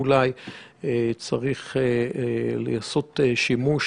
אולי צריך לעשות שימוש